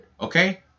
okay